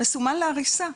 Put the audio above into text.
מסומן להריסה.